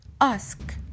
ask